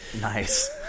Nice